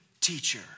teacher